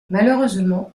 malheureusement